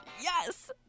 yes